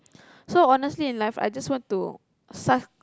so honestly in life I just want to suck